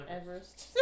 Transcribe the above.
Everest